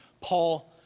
Paul